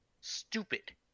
stupid